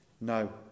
No